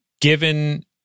Given